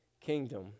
kingdom